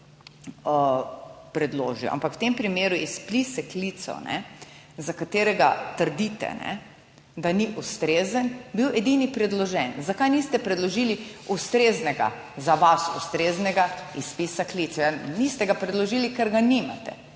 (Nadaljevanje) ampak v tem primeru izpise klicev za katerega trdite, da ni ustrezen, bil edini predložen. Zakaj niste predložili ustreznega, za vas ustreznega izpisa klicev? Niste ga predložili, ker ga nimate,